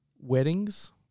Weddings